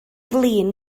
flin